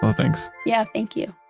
thanks yeah, thank you